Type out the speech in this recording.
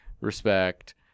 respect